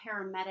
paramedic